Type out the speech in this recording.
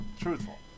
truthful